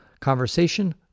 conversation